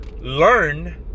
learn